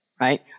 right